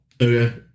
Okay